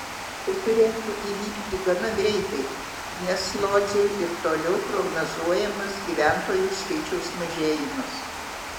tai turėtų įvykti gana greitai nes lodzei ir toliau prognozuojamas gyventojų skaičiaus mažėjimas